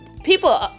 People